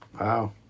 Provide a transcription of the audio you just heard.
Wow